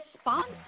sponsor